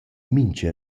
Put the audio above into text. mincha